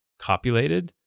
copulated